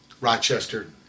Rochester